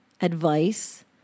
advice